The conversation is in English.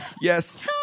Yes